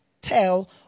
tell